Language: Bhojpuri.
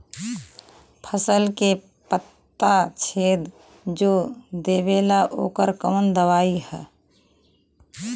फसल के पत्ता छेद जो देवेला ओकर कवन दवाई ह?